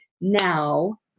now